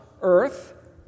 earth